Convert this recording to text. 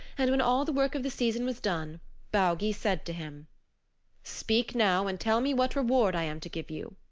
and when all the work of the season was done baugi said to him speak now and tell me what reward i am to give you.